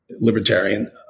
libertarian